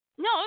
No